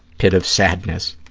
pit of sadness.